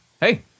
hey